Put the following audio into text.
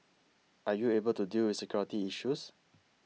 are you able to deal with security issues